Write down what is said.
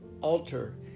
altar